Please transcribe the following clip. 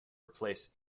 replace